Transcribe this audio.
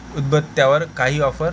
उदबत्त्यावर काही ऑफर